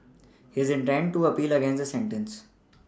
he intends to appeal against the sentence